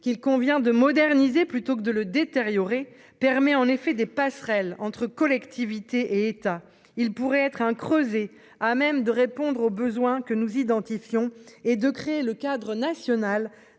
qu'il convient de moderniser plutôt que de le détériorer permet en effet des passerelles entre collectivités et État il pourrait être un creusés à même de répondre aux besoins que nous identifions et de créer le cadre national